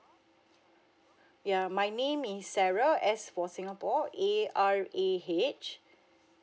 ya my name is sarah S for singapore A R A H